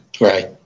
Right